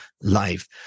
life